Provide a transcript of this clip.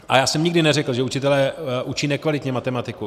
A já jsem nikdy neřekl, že učitelé učí nekvalitně matematiku.